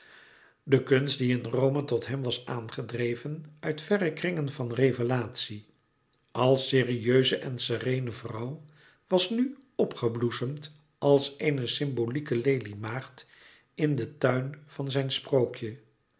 de kunst die in rome tot hem was aangedreven uit verre kringen van revelatie als serieuze en sereene vrouw was nu opgebloesemd als eene symbolieke lelie maagd in den tuin van zijn sprookje